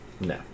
No